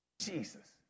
Jesus